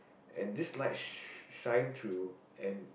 and this light sh~ shine through and